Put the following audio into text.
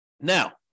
Now